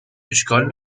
اشکال